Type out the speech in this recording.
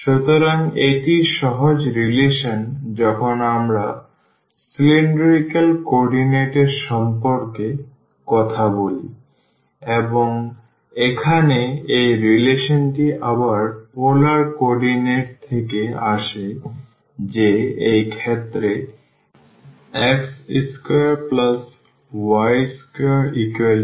সুতরাং এটি সহজ রিলেশন যখন আমরা cylindrical কোঅর্ডিনেট এর সম্পর্কে কথা বলি এবং এখানে এই রিলেশনটি আবার পোলার কোঅর্ডিনেট থেকে আসে যে এই ক্ষেত্রে এই x2y2r2